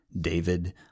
David